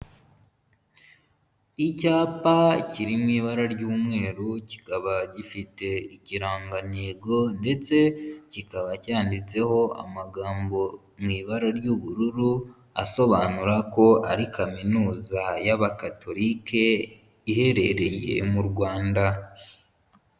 Icyapa kiri mu ibara ry'umweru, kikaba gifite ikirangantego ndetse kikaba cyanditseho amagambo mu ibara ry'ubururu, asobanura ko ari Kaminuza y'Abakatolike iherereye mu Rwanda.